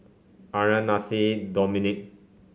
Andria Nasir Dominick